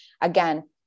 again